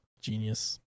Genius